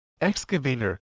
excavator